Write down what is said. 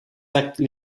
actes